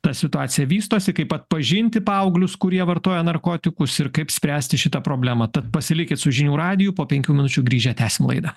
ta situacija vystosi kaip atpažinti paauglius kurie vartoja narkotikus ir kaip spręsti šitą problemą tad pasilikit su žinių radiju po penkių minučių grįžę tęsim laidą